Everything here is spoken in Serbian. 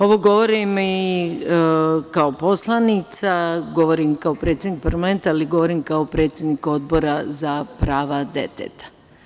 Ovo govorim i kao poslanicima, govorim kao predsednik parlamenta, ali govorim kao predsednik Odbora za prava deteta.